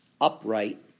upright